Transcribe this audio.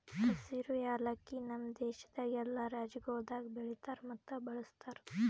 ಹಸಿರು ಯಾಲಕ್ಕಿ ನಮ್ ದೇಶದಾಗ್ ಎಲ್ಲಾ ರಾಜ್ಯಗೊಳ್ದಾಗ್ ಬೆಳಿತಾರ್ ಮತ್ತ ಬಳ್ಸತಾರ್